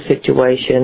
situation